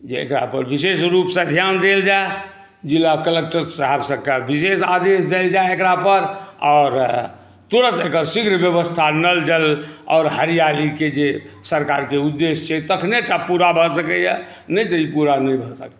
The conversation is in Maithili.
जे एक़रा पर विशेष रूपसे ध्यान देल जाय ज़िला कलक्टर साहबक विशेष आदेश देल जाय एक़रा पर आओर तुरंत एकर शीघ्र व्यवस्था नल जल आओर हरियालीके जे सरकारके उद्देश्य छै तखनेटा पूरा भऽ सकैया नहि तऽ ई पूरा नहि भऽ सकतै